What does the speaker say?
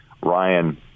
Ryan